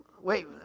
Wait